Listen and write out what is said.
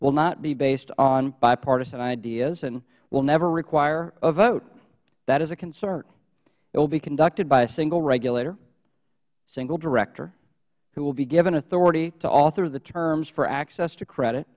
will not be based on bipartisan ideas and will never require a vote that is a concern it will be conducted by a single regulator single director who will be given authority to author the terms for access to credit